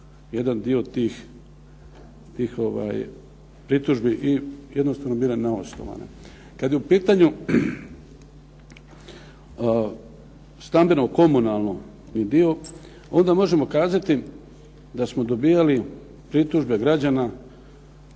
jedan dio tih pritužbi jednostavno bile neosnovane. Kad je u pitanju stambeno-komunalni dio onda možemo kazati da smo dobijali pritužbe građana,